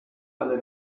alle